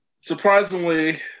Surprisingly